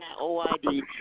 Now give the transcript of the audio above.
OID